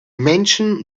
männchen